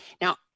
Now